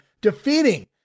defeating